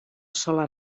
sola